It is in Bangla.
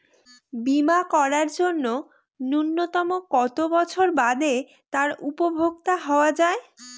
বীমা করার জন্য ন্যুনতম কত বছর বাদে তার উপভোক্তা হওয়া য়ায়?